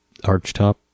archtop